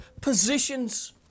positions